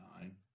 Nine